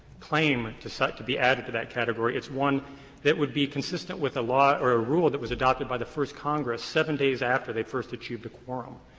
claim to to be added to that category, it's one that would be consistent with a law or a rule that was adopted by the first congress seven days after they first achieved a quorum.